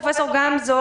פרופ' גמזו,